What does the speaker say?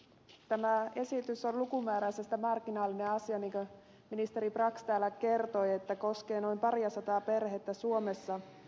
tämä esitys on lukumääräisesti marginaalinen asia niin kuin ministeri brax täällä kertoi ja koskee noin pariasataa perhettä suomessa